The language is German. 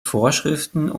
vorschriften